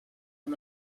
amb